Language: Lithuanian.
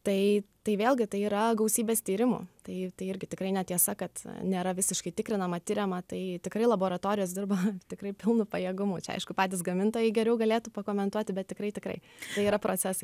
tai tai vėlgi tai yra gausybės tyrimų tai tai irgi tikrai netiesa kad nėra visiškai tikrinama tiriama tai tikrai laboratorijos dirba tikrai pilnu pajėgumu čia aišku patys gamintojai geriau galėtų pakomentuoti bet tikrai tikrai tai yra procesai